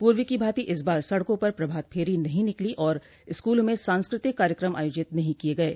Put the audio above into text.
पूर्व की भांति इस बार सड़कों पर प्रभात फेरी नहीं निकली और स्कूलों में सांस्कृतिक कार्यक्रम आयोजित नहीं किये गये